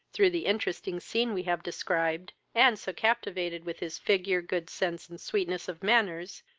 through the interesting scene we have described, and so captivated with his figure, good sense, and sweetness of manners,